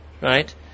right